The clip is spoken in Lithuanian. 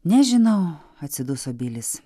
nežinau atsiduso bilis